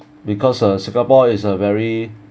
because uh singapore is a very